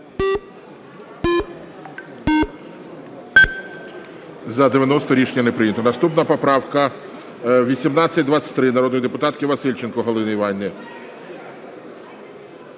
Рішення не прийнято. Наступна поправка 1823 народної депутатки Васильченко Галини Іванівни.